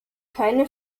keine